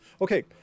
Okay